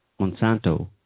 Monsanto